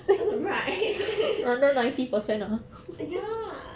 right ya